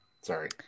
Sorry